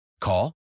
Call